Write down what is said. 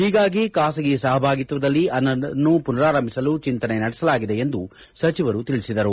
ಹೀಗಾಗಿ ಖಾಸಗಿ ಸಹಭಾಗಿತ್ವದಲ್ಲಿ ಅದನ್ನು ಪುನಾರಂಭಿಸಲು ಚಿಂತನೆ ನಡೆಸಲಾಗಿದೆ ಎಂದು ಸಚಿವರು ತಿಳಿಸಿದರು